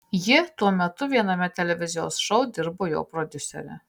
ji tuo metu viename televizijos šou dirbo jo prodiusere